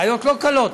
בעיות לא קלות,